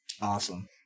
awesome